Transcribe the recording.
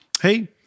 Hey